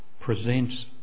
presents